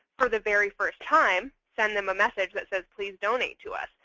for the very first time, send them a message that says, please donate to us.